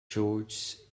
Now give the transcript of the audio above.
george’s